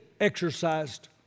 exercised